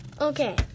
Okay